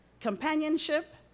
companionship